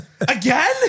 again